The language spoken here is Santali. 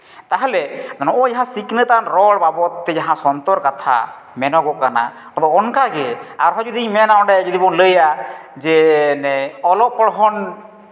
ᱛᱟᱦᱞᱮ ᱱᱚᱜᱼᱚᱭ ᱡᱟᱦᱟᱸ ᱥᱤᱠᱷᱱᱟᱹᱛᱟᱱ ᱨᱚᱲ ᱵᱟᱵᱚᱫ ᱛᱮ ᱡᱟᱦᱟᱸ ᱥᱚᱱᱛᱚᱨ ᱠᱟᱛᱷᱟ ᱢᱮᱱᱚᱜᱚᱜ ᱠᱟᱱᱟ ᱟᱫᱚ ᱚᱱᱠᱟᱜᱮ ᱟᱨᱦᱚᱸ ᱡᱩᱫᱤᱧ ᱢᱮᱱᱟᱜ ᱚᱸᱰᱮ ᱡᱩᱫᱤ ᱵᱚᱱ ᱞᱟᱹᱭᱟ ᱡᱮ ᱚᱞᱚᱜ ᱯᱚᱲᱦᱚᱱ